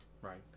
right